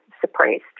suppressed